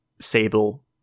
Sable